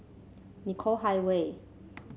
Nicoll Highway